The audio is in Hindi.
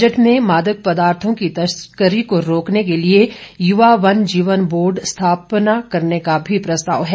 बजट में मादक पदार्थों की तस्करी को रोकने के लिए युवा वन जीवन बोर्ड स्थापना करने का भी प्रस्ताव है